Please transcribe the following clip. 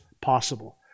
Possible